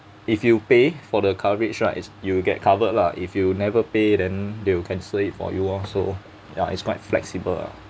if you pay for the coverage right it's you'll get covered lah if you never pay then they will cancel it for you lor so ya it's quite flexible ah